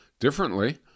differently